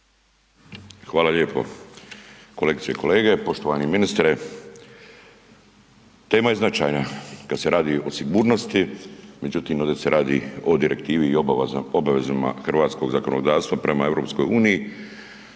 Hvala lijepo. Kolegice i kolege, poštovani ministre, tema je značajna kad se radi o sigurnosti. Međutim, ovdje se radi o direktivi i obavezama hrvatskog zakonodavstva prema EU